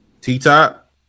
T-Top